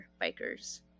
bikers